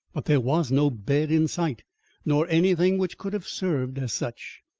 but there was no bed in sight nor anything which could have served as such.